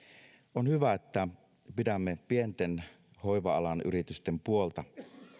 on hyvä että pidämme pienten hoiva alan yritysten puolta